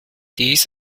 dies